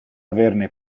averne